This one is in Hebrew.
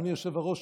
אדוני היושב-ראש,